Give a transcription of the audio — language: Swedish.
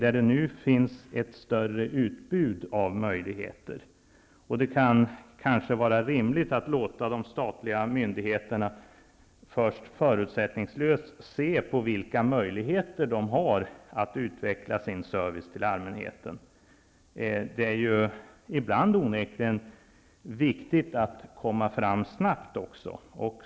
Det finns nu ett större utbud av möjligheter. Det kan kanske vara rimligt att låta de statliga myndigheterna först förutsättningslöst se på vilka möjligheter de har att utveckla sin service till allmänheten. Ibland är det onekligen viktigt att komma fram snabbt.